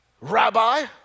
Rabbi